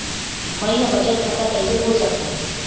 मै ह बचत खाता कइसे खोल सकथों?